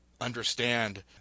understand